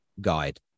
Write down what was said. guide